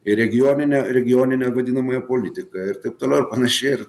ir regioninė regioninė vadinamoji politika ir taip toliau ir panašiai ir